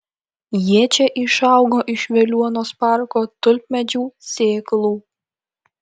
jie čia išaugo iš veliuonos parko tulpmedžių sėklų